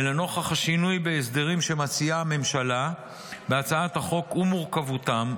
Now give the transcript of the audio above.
ולנוכח השינוי בהסדרים שמציעה הממשלה בהצעת החוק ומורכבותם,